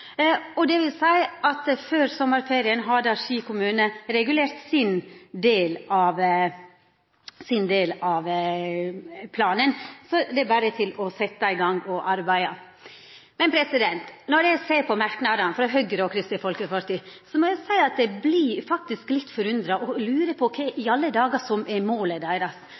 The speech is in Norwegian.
har Ski kommune regulert sin del av planen før sommarferien. Det er berre å setja i gang og arbeida. Når eg ser på merknaden frå Høgre og Kristeleg Folkeparti, må eg seia at eg vert litt forundra, og eg lurer på kva i alle dagar som er målet deira.